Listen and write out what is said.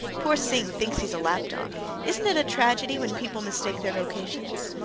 poor sing thinks he's a lap dog isn't it a tragedy when people mistake their vocations?